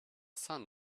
sun